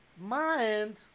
mind